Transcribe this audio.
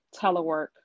telework